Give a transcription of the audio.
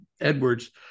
Edwards